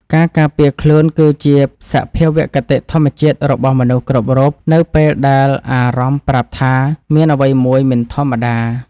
ការការពារខ្លួនគឺជាសភាវគតិធម្មជាតិរបស់មនុស្សគ្រប់រូបនៅពេលដែលអារម្មណ៍ប្រាប់ថាមានអ្វីមួយមិនធម្មតា។